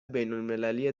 بینالمللی